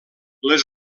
les